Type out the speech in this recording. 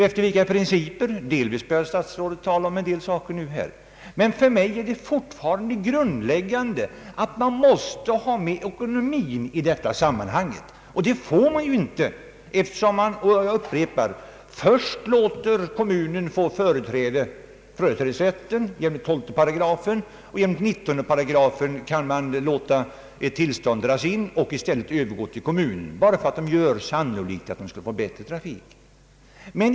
Efter vilka principer går man? Statsrådet berörde detta till viss del, men för mig är det fortfarande grundläggande att ekonomin finns med i bilden. Det gör den inte, eftersom man — jag upprepar det — först låter kommunen få företrädesrätt enligt 128 och sedan enligt 195§ kan låta ett tillstånd dras in och övergå till kommunen, bara för att denna gör sannolikt att den skulle erbjuda bättre trafik.